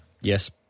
yes